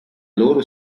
loro